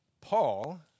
Paul